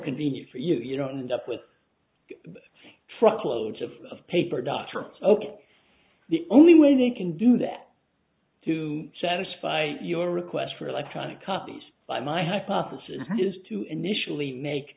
convenient for you you don't end up with truckloads of paper doctrines open the only way they can do that to satisfy your requests for electronic copies by my hypothesis is to initially make